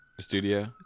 studio